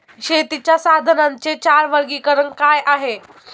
शेतीच्या साधनांचे चार वर्गीकरण काय आहे?